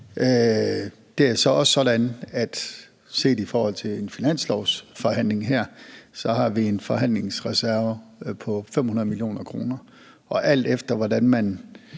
Det er så også sådan, at set i forhold til en finanslovsforhandling her har vi en forhandlingsreserve på 500 mio. kr., og alt efter hvordan man